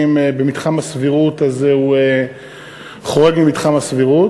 במתחם הסבירות אז הוא חורג ממתחם הסבירות,